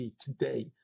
today